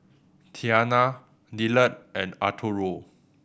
Tianna Dillard and Arturo